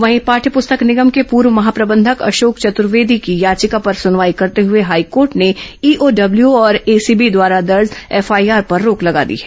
वहीं पाठ्य पुस्तक निगम के पूर्व महाप्रबंधक अशोक चतूर्वेदी की याचिका पर सुनवाई करते हुए हाईकोर्ट ने ईओडब्ल्यू और एसीबी द्वारा दर्ज एफआईआर पर रोक लगा दी है